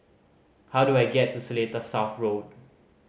how do I get to Seletar South Road